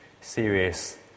serious